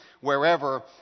wherever